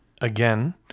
again